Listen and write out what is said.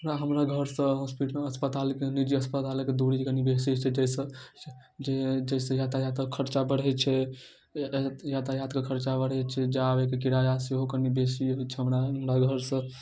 आओर हमरा घरसँ हॉस्पिटल अस्पताल निजी अस्पतालके दूरी कनि बेसी छै जाहिसँ जे जाहिसँ यातायातके खरचा बढ़ै छै यातायातके खरचा बढ़ै छै जाइ आबैके किराआ सेहो कनि बेसी होइ छै हमरा घरसँ